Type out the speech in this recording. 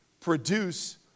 produce